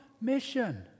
mission